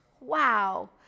Wow